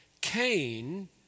Cain